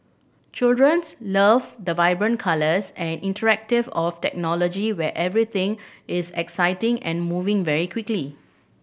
children love the vibrant colours and interactive of technology where everything is exciting and moving very quickly